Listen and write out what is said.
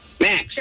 Max